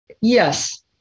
Yes